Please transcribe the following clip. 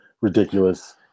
ridiculous